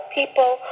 people